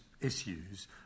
issues